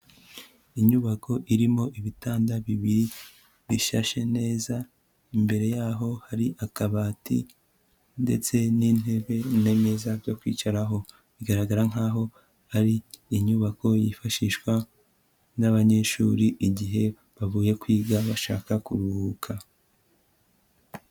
Inyubako irimo ibitanda bibiri bishashe neza, imbere yaho hari akabati ndetse n'intebe n'imeza byo kwicaraho, bigaragara nkaho ari inyubako yifashishwa n'abanyeshuri igihe bavuye kwiga bashaka kuruhuka.